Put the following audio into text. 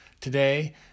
Today